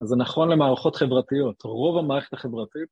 אז זה נכון למערכות חברתיות, רוב המערכת החברתית...